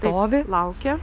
stovi laukia